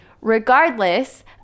regardless